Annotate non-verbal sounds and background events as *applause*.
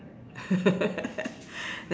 *laughs*